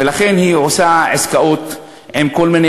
ולכן היא עושה עסקאות עם כל מיני